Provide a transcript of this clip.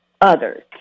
others